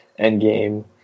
Endgame